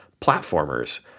platformers